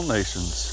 nations